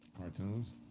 Cartoons